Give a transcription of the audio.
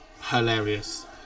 hilarious